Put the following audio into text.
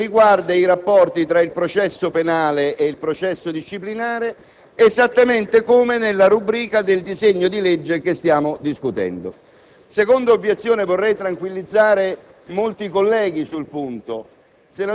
esso riguarda i rapporti tra il processo penale e il processo disciplinare esattamente come nella rubrica del disegno di legge che stiamo discutendo. Con riferimento alla seconda obiezione, vorrei tranquillizzare molti colleghi: il senatore